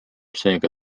seega